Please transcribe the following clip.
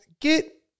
get